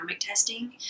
testing